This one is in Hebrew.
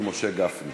גפני,